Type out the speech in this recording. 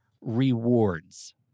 rewards